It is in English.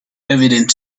evident